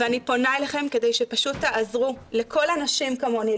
ואני פונה אליכם כדי שפשוט תעזרו לכל הנשים כמוני,